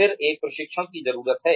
फिर एक प्रशिक्षण की जरूरत है